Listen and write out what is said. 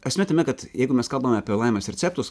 esmė tame kad jeigu mes kalbam apie laimės receptus